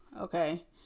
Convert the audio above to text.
Okay